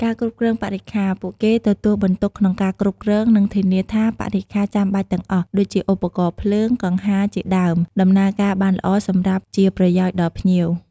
ការប្រមូល និងចាត់ចែងអំណោយ ពុទ្ធបរិស័ទជួយក្នុងការប្រមូល និងចាត់ចែងអំណោយផ្សេងៗដែលភ្ញៀវបាននាំយកមក ដើម្បីបូជាព្រះសង្ឃ ឬចូលរួមចំណែកក្នុងពិធីបុណ្យ។